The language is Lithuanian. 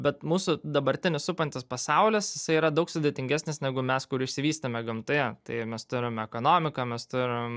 bet mūsų dabartinis supantis pasaulis jisai yra daug sudėtingesnis negu mes kur išsivystėme gamtoje tai mes turim ekonomiką mes turim